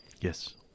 Yes